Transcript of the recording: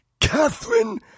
Catherine